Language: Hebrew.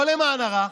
לא למען הרע.